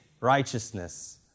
righteousness